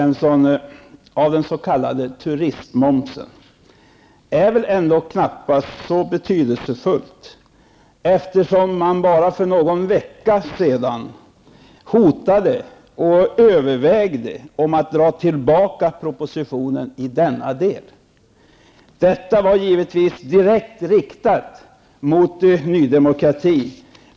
En sänkning av den s.k. turistmomsen är väl ändå, Karl-Gösta Svenson, inte särskilt betydelsefull. För bara någon vecka sedan hotade man -- det här är ju något som man övervägde -- med att propositionen i denna del skulle dras tillbaka. Givetvis var det hotet direkt riktat mot Ny Demokrati.